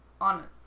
on